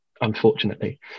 unfortunately